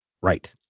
Right